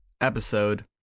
episode